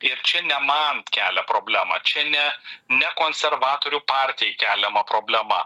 ir čia ne man kelia problemą čia ne ne konservatorių partijai keliama problema